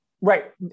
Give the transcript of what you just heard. right